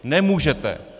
Nemůžete!